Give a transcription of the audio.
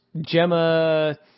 Gemma